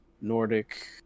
Nordic